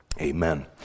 amen